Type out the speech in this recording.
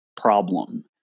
problem